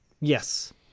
yes